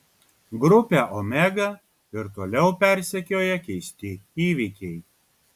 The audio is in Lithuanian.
grupę omega ir toliau persekioja keisti įvykiai